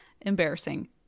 embarrassing